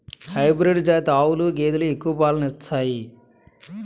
hybrid జాతి ఆవులు గేదెలు ఎక్కువ పాలను ఇత్తాయి